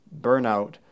burnout